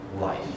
life